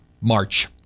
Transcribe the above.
march